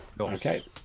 Okay